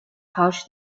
pouch